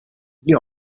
gli